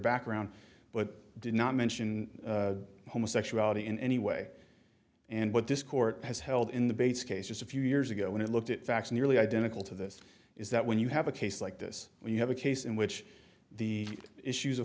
background but did not mention homosexuality in any way and what this court has held in the base case is a few years ago when it looked at facts nearly identical to this is that when you have a case like this where you have a case in which the issues of